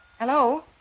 Hello